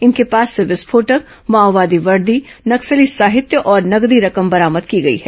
इनके पास से विस्फोटक माओवादी वर्दी नक्सली साहित्य और नगदी रकम बरामद की गई है